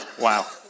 Wow